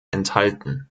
enthalten